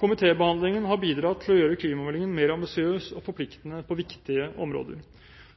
Komitébehandlingen har bidratt til å gjøre klimameldingen mer ambisiøs og forpliktende på viktige områder.